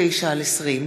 פ/4379/20: